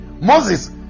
Moses